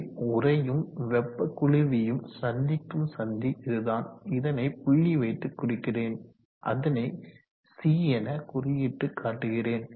கூறின் உறையும் வெப்ப குளிர்வியும் சந்திக்கும் சந்தி இதுதான் இதனை புள்ளி வைத்து குறிக்கிறேன் அதனை C என குறியிட்டு காட்டுகிறேன்